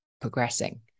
progressing